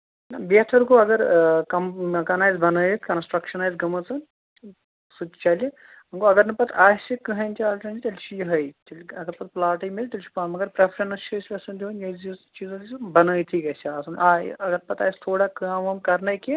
نہ بٮیٚہتَر گوٚو اگرآ کمر مکان آسہَ بَنٲوِتھ کَنَسٹَرشیٚن آسہِ گٲمٕژَن سُہ تہِ چَلہِ وۄنۍ گوٚو اگر نہٕ پَتہِ آسہِ کٕہنٛےٕ تہٕ آلٹَرنیٹُو تیٚلہِ چھُ یِہےَ ٹھیٖک اگر پَتہٕ پٕلاٹٕے میلہِ تیٚلہِ چھُ پاں مَگر پریٚفرَنس چھِ أسۍ یَژھان دیُن یا یُس بَنٲوتھٕے گَژھِ آسُن آ یہِ اَگر پَتہٕ آسہِ تھوڑا کٲم وٲم کَرنے کیٚنٛہہ